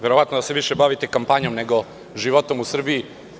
Verovatno je da se više bavite kampanjom, nego životom u Srbiji.